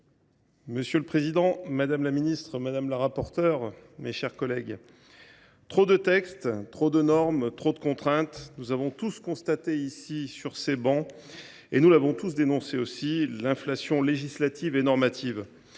Monsieur le président, madame la ministre, madame la rapporteure, mes chers collègues, trop de textes, trop de normes, trop de contraintes : nous avons tous constaté, sur ces travées, l’inflation législative et normative,